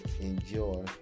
enjoy